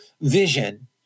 vision